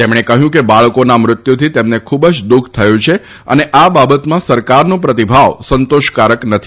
તેમણે કહ્યું કે બાળકોના મૃત્યુથી તેમને ખૂબ જ દુઃખ થયું છે અને આ બાબતમાં સરકારનો પ્રતિભાવ સંતોષકારક નથી